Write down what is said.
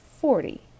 forty